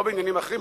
לא בעניינים אחרים,